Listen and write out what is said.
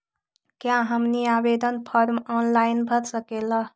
क्या हमनी आवेदन फॉर्म ऑनलाइन भर सकेला?